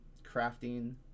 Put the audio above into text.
crafting